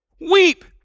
Weep